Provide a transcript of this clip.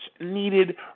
needed